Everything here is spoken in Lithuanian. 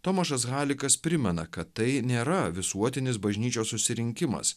tomašas halikas primena kad tai nėra visuotinis bažnyčios susirinkimas